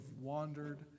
wandered